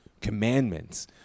commandments